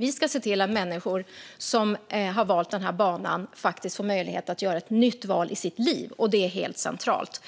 Vi ska se till att människor som har valt den här banan får möjlighet att göra ett nytt val i sitt liv. Det är helt centralt.